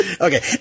Okay